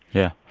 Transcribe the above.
yeah.